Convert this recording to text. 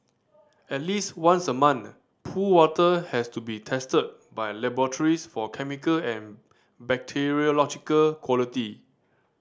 at least once a month pool water has to be tested by laboratories for chemical and bacteriological quality